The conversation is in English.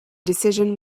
decision